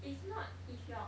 if not if your